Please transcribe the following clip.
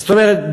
זאת אומרת,